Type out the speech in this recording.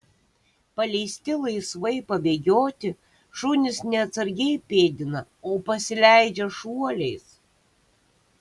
paleisti laisvai pabėgioti šunys ne atsargiai pėdina o pasileidžia šuoliais